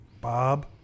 Bob